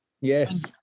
Yes